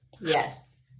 yes